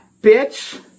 bitch